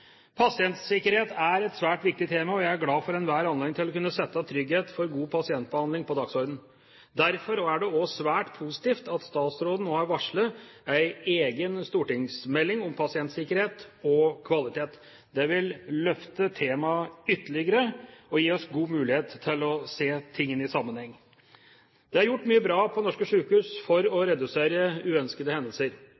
Pasientsikkerhet er et svært viktig tema. Jeg er glad for enhver anledning til å kunne sette trygghet for god pasientbehandling på dagsordenen. Derfor er det også svært positivt at statsråden nå har varslet en egen stortingsmelding om pasientsikkerhet og kvalitet. Det vil løfte temaet ytterligere og gi oss god mulighet til å se tingene i sammenheng. Det er gjort mye bra på norske sykehus for å